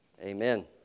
Amen